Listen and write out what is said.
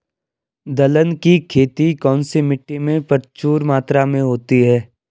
दलहन की खेती कौन सी मिट्टी में प्रचुर मात्रा में होती है?